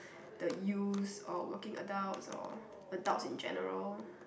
the youths or working adults or adults in general